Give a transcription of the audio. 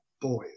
boys